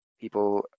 people